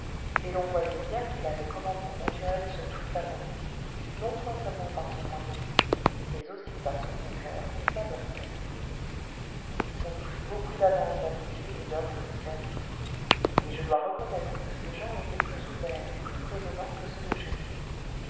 et l'on voyait bien qu'il avait commandement naturel sur toute la bande non point seulement par son moyen mais aussi par son bon coeur et sa bonne tête on nous fit beaucoup d'avances d'amitié et d'offres de service et je dois reconnaître que ces gens étaient plus ouverts et plus prévenants que ceux de chez nous